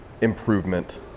improvement